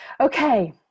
Okay